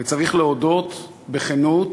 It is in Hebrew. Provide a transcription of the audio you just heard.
וצריך להודות בכנות